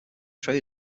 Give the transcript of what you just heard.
trade